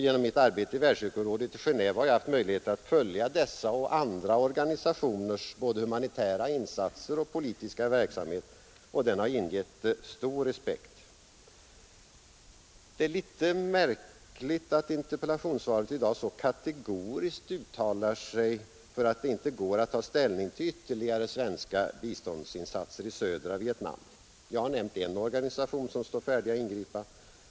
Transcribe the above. Genom mitt arbete i Världskyrkorådet i Genéve har jag haft möjlighet att följa dessa och andra organisationers både humanitära insatser och politiska verksamhet, som har ingett stor respekt. Det är litet märkligt att interpellationssvaret i dag så kategoriskt uttalar sig för att det inte går att ta ställning till ytterligare svenska biståndsinsatser i södra Vietnam. Jag har nämnt en organisation som står färdig att ingripa.